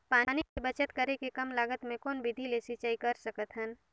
पानी के बचत करेके कम लागत मे कौन विधि ले सिंचाई कर सकत हन?